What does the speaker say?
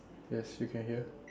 yes you can hear